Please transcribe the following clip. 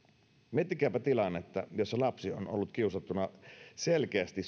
miettikääpä tilannetta jossa lapsi on ollut kiusattuna selkeästi